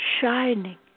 shining